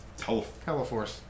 Teleforce